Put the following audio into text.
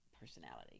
personality